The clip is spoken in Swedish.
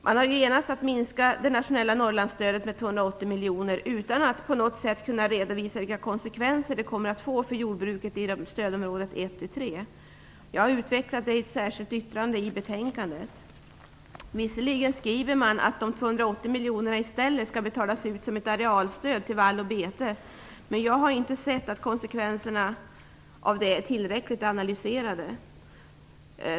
Man har enats om att minska det nationella Norrlandsstödet med 280 miljoner utan att på något sätt kunna redovisa vilka konsekvenser det kommer att få för jordbruket i stödområdena 1-3. Jag har utvecklat det i ett särskilt yttrande i betänkandet. Visserligen skriver utskottsmajoriteten att de 280 miljonerna i stället skall betalas ut som ett arealstöd till vall och bete, men jag har inte sett att konsekvenserna av det är tillräckligt analyserade.